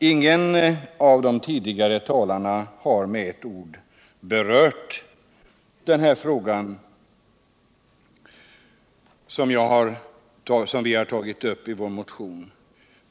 Ingen av de tidigare talarna har med ett ord berört denna fråga som vi har tagit upp i vår motion.